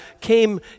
came